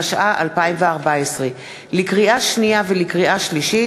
התשע"ה 2014. לקריאה שנייה ולקריאה שלישית: